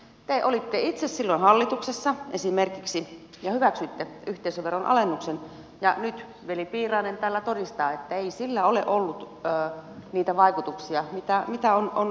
te olitte itse silloin hallituksessa esimerkiksi ja hyväksyitte yhteisöveron alennuksen ja nyt veli piirainen täällä todistaa että ei sillä ole ollut niitä vaikutuksia mitä on toivottu